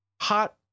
hot